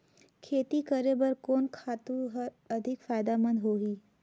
खेती करे बर कोन खातु हर अधिक फायदामंद होही?